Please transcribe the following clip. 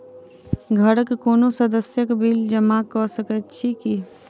घरक कोनो सदस्यक बिल जमा कऽ सकैत छी की?